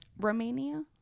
romania